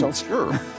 Sure